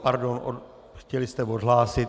Pardon, chtěli jste odhlásit.